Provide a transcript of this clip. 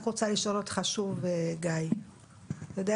לפני